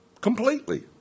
Completely